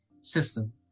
system